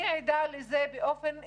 אני עדה לזה באופן אישי,